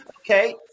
Okay